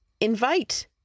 Invite